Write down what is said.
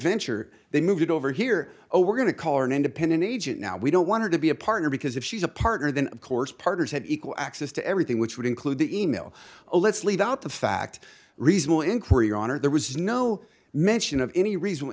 venture they moved over here oh we're going to call an independent agent now we don't want to be a partner because if she's a partner then of course partners had equal access to everything which would include the email a let's leave out the fact reasonable inquiry on her there was no mention of any reason